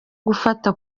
gufata